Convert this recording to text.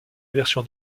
version